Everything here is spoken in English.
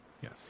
Yes